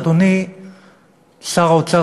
אדוני שר האוצר,